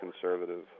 conservative